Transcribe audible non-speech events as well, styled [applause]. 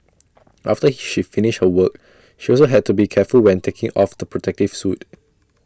after [noise] she finished her work she also had to be careful when taking off the protective suit